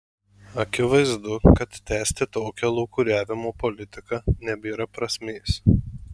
akivaizdu kad tęsti tokią lūkuriavimo politiką nebėra prasmės